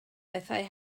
bethau